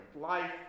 life